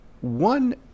One